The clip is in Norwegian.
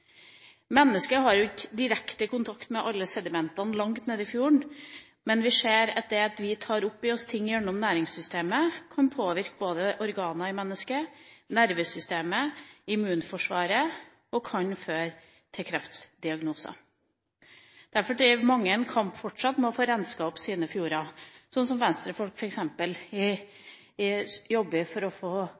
Mennesket har ikke direkte kontakt med alle sedimentene langt nede i fjorden, men vi ser at det vi tar opp i oss gjennom næringssystemet, kan påvirke både organer i mennesket, nervesystemet og immunforsvaret og kan føre til kreftdiagnoser. Derfor driver mange fortsatt en kamp for å få rensket opp i sine fjorder, slik som Venstre-folk f.eks. jobber for å få